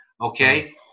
Okay